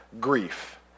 Grief